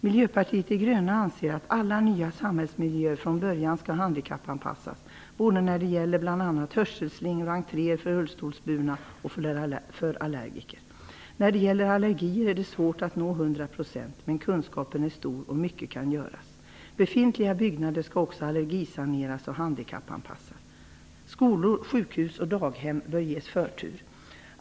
Miljöpartiet de gröna anser att alla nya samhällsmiljöer från början skall handikappanpassas såväl när det gäller bl.a. hörselslingor och entréer för rullstolsbundna som i fråga om allergiker. När det gäller allergier är det svårt att uppnå hundra procent, men kunskapen är stor och mycket kan göras. Befintliga byggnader skall också allergisaneras och handikappanpassas. Skolor, sjukhus och daghem bör ges förtur.